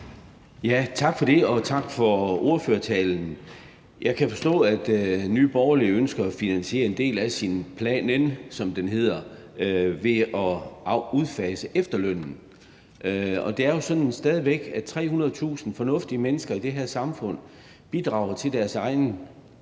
Tak for det. Og tak for ordførertalen. Jeg kan forstå, at Nye Borgerlige ønsker at finansiere en del af sin »Planen«, som den hedder, ved at udfase efterlønnen. Det er jo stadig væk sådan, at 300.000 fornuftige mennesker i det her samfund bidrager til deres egen